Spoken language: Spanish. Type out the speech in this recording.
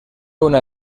una